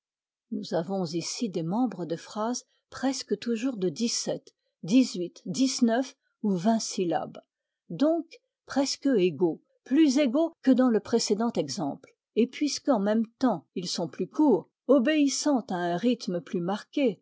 nous avons ici des membres de phrase presque toujours de dix-sept dix-huit dix-neuf ou vingt syllabes donc presque égaux plus égaux que dans le précédent exemple et puisque en même temps ils sont plus courts obéissant à un rythme plus marqué